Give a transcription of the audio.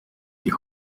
die